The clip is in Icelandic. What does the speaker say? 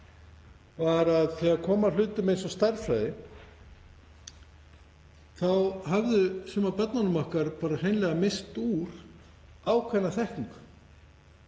var að þegar kom að hlutum eins og stærðfræði þá höfðu sum af börnunum okkar bara hreinlega misst úr ákveðna þekkingu.